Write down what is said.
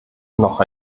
noch